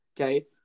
okay